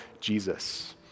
Jesus